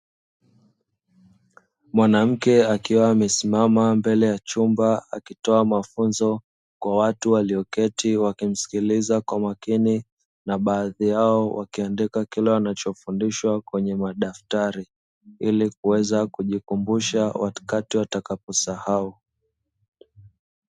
Mwanamke akiwa amesimama mbele ya chumba, akitoa mafunzo kwa watu walioketi wakimsikiliza kwa makini, na baadhi yao wakiandika kile wanachofundishwa kwenye madaftari, ili kuweza kujikumbusha wakati watakaposahau.